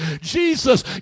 Jesus